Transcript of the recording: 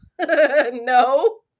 No